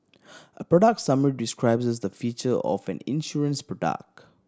a product summary describes the feature of an insurance product